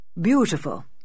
beautiful